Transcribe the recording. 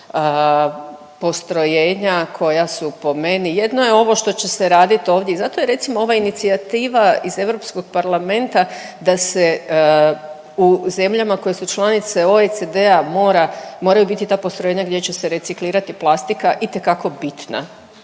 postrojenja koja su po meni, jedno je ovo što će se radit ovdje. Zato je recimo ova inicijativa iz Europskog parlamenta da se u zemljama koje su članice OECD-a mora, moraju biti ta postrojenja gdje će se reciklirati plastika itekako bitna.